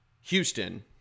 Houston